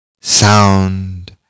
sound